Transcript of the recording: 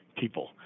people